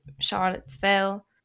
Charlottesville